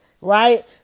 right